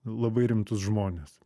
labai rimtus žmones